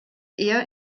eher